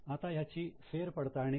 आता ह्याची फेर पडताळणी करा